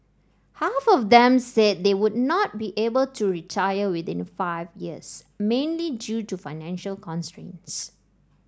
half of them said they would not be able to retire within five years mainly due to financial constraints